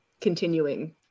continuing